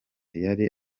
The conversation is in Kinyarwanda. yari